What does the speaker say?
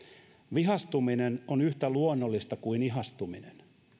vihastuminen on yhtä luonnollista kuin ihastuminen